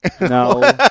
No